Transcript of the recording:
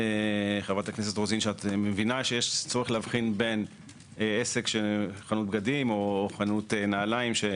נעליים שבהן נותנים שקית אחת וכו' לבין עסק שנותן שקיות במשלוחים